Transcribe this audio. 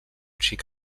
xic